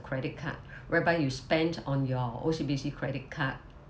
credit card whereby you spent on your O_C_B_C credit card